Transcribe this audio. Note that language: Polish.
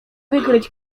wykryć